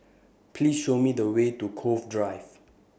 Please Show Me The Way to Cove Drive